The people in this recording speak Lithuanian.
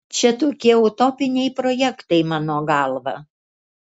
čia tokie utopiniai projektai mano galva